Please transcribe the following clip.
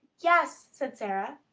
yes, said sara.